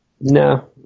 No